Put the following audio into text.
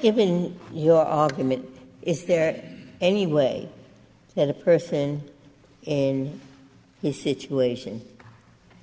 given your argument is there any way that a person in the situation